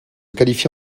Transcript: qualifie